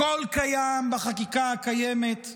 הכול קיים בחקיקה הקיימת,